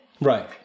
Right